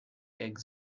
eggs